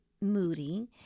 moody